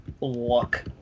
look